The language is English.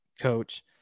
coach